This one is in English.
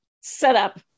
setup